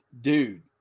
Dude